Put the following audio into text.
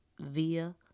via